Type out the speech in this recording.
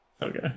Okay